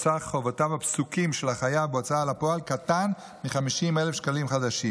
סך חובותיו הפסוקים של החייב בהוצאה לפועל קטן מ-50,000 שקלים חדשים.